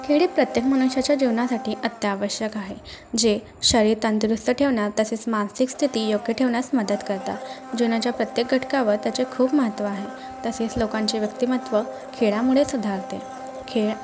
खेळ हे प्रत्येक मनुष्याच्या जीवनासाठी अत्यावश्यक आहे जे शरीर तंदुरुस्त ठेवणं तसेच मानसिक स्थिती योग्य ठेवण्यास मदत करता जीवनाच्या प्रत्येक घटकावर त्याचे खूप महत्त्व आहे तसेच लोकांचे व्यक्तिमत्त्व खेळामुळे सुधारते खेळ